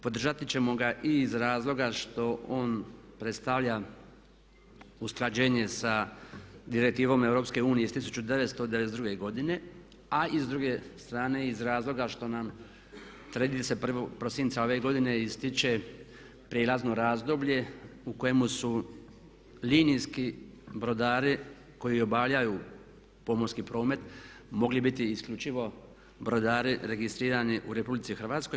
Podržati ćemo ga i iz razloga što on predstavlja usklađenje sa Direktivom EU iz 1992. godine a i s druge strane iz razloga što nam 31. prosinca ove godine istječe prijelazno razdoblje u kojemu su linijski brodari koji obavljaju pomorski promet mogli biti isključivo brodari registrirani u RH.